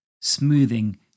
smoothing